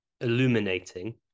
illuminating